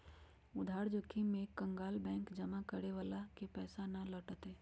उधार जोखिम में एक कंकगाल बैंक जमा करे वाला के पैसा ना लौटय तय